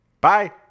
Bye